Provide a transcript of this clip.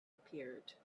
appeared